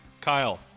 Kyle